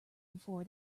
before